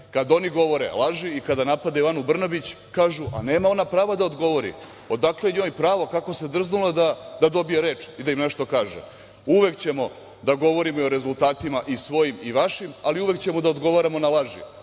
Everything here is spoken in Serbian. Kad oni govore laži i napadaju Anu Brnabić, kažu da ona nema pravo da odgovori, odakle njoj pravo, kako se drznula da dobije reč i da im nešto kaže. Uvek ćemo da govorimo o rezultatima, i svojim i vašim, ali uvek ćemo da odgovaramo na laži,